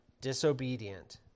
disobedient